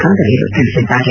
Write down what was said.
ಕಂದವೇಲು ತಿಳಿಸಿದ್ದಾರೆ